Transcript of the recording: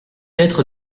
être